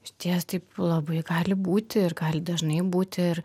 išties taip labai gali būti ir gali dažnai būti ir